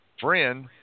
friend